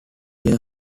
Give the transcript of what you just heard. beer